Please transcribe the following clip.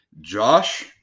Josh